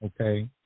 okay